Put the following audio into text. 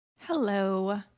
Hello